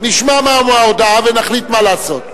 נשמע מה ההודעה ונחליט מה לעשות.